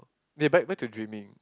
okay back back to dreaming